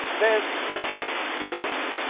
there's your month.